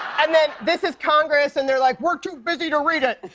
and then this is congress. and they're like, we're too busy to read it.